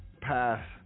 pass